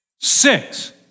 six